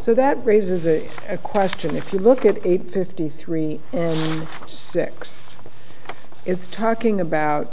so that raises a question if you look at eight fifty three and six it's talking about